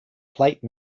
plate